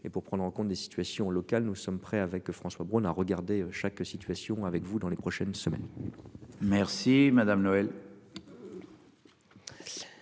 et pour prendre en compte des situations locales, nous sommes prêts avec François Braun a regardé chaque situation avec vous dans les prochaines semaines. Merci madame Noël.